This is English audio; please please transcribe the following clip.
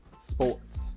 Sports